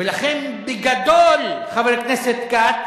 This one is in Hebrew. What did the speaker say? ולכן, בגדול, חבר הכנסת כץ,